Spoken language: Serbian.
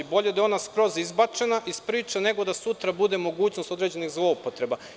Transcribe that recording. Bolje da je ona skroz izbačena iz priče nego da sutra bude mogućnost određenih zloupotreba.